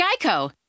Geico